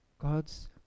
God's